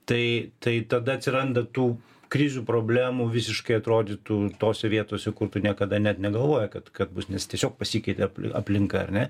tai tai tada atsiranda tų krizių problemų visiškai atrodytų tose vietose kur tu niekada net negalvojai kad kad bus nes tiesiog pasikeitė aplinka ar ne